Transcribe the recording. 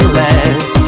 less